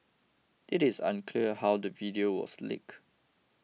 it is unclear how the video was leaked